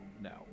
No